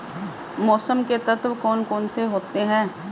मौसम के तत्व कौन कौन से होते हैं?